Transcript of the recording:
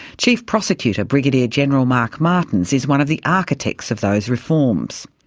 chief prosecutor brigadier general mark martins is one of the architects of those reforms.